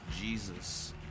Jesus